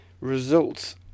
Results